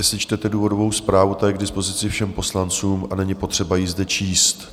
Jestli čtete důvodovou zprávu, ta je k dispozici všem poslancům a není potřeba ji zde číst.